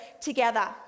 together